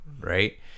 Right